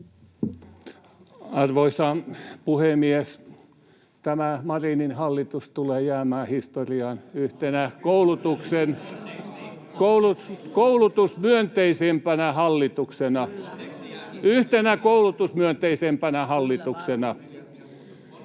Arvoisa puhemies! Tämä Marinin hallitus tulee jäämään historiaan yhtenä koulutusmyönteisimmistä hallituksista — yhtenä koulutusmyönteisimmistä hallituksista.